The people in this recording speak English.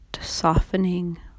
softening